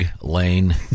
Lane